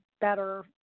better